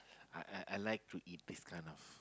I I I like to eat this kind of